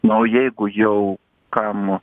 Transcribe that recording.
na o jeigu jau kam